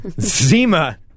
Zima